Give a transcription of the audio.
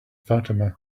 fatima